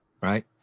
right